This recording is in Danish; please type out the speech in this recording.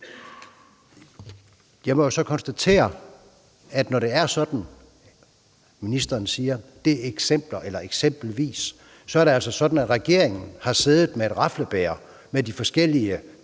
Jeg må jo så konstatere, at når det er sådan, at ministeren siger, at det er eksempler, er det altså sådan, at regeringen har siddet med et raflebæger og raflet om de forskellige